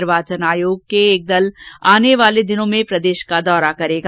निर्वाचन आयोग का एक दल आने वाले दिनों प्रदेश के दौरा करेगा